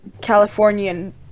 Californian